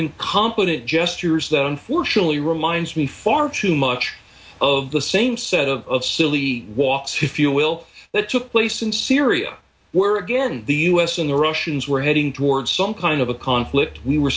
incompetent gestures that unfortunately reminds me far too much of the same set of silly walks if you will that took place in syria were against the u s and the russians were heading towards some kind of a conflict we were